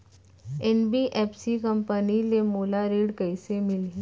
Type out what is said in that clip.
NBFC company ले मोला ऋण कइसे मिलही?